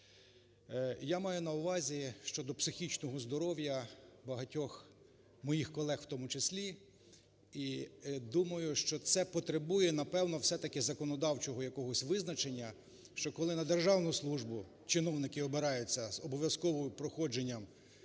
Я маю на увазі щодо психічного здоров'я багатьох, моїх колег в тому числі. І думаю, що це потребує, напевно, все-таки законодавчого якогось визначення, що коли на державну службу чиновники обираються з обов'язковим проходженням,